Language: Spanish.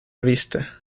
vista